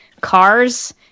cars